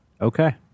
Okay